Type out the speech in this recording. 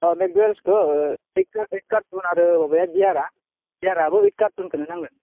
ओ मेकडुयेलसखो eight carton आरो बियारा बियाराबो एइट कारटनखोनो नांगोन